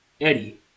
Eddie